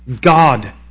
God